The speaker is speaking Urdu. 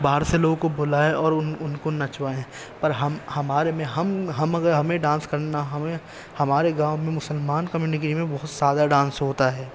باہر سے لوگوں کو بلائیں اور ان ان کو نچوائیں پر ہم ہمارے میں ہم ہم اگر ہمیں ڈانس کرنا ہمیں ہمارے گاؤں میں مسلمان کمیونٹی میں بہت سادہ ڈانس ہوتا ہے